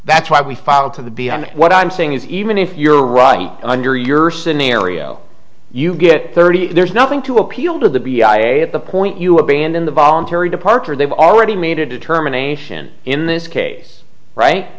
that's why we filed to the beyond what i'm saying is even if you're right under your scenario you get thirty there's nothing to appeal to the b i a at the point you abandon the voluntary departure they've already made a determination in this case right